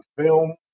film